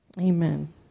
Amen